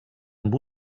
amb